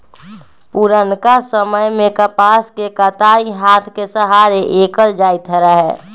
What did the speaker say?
पुरनका समय में कपास के कताई हात के सहारे कएल जाइत रहै